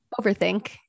overthink